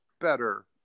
better